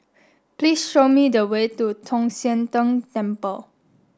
please show me the way to Tong Sian Tng Temple